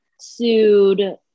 sued